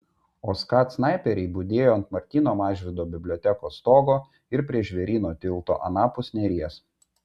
o skat snaiperiai budėjo ant martyno mažvydo bibliotekos stogo ir prie žvėryno tilto anapus neries